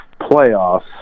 playoffs